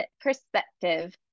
perspective